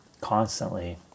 constantly